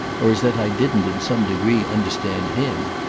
or as that i didn't in some degree understand him.